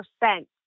percent